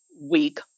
week